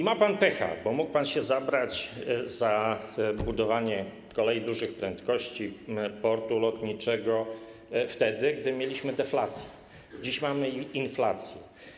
Ma pan pecha, bo mógł pan się zabrać za budowanie kolei dużych prędkości, portu lotniczego wtedy, gdy mieliśmy deflację, dziś mamy inflację.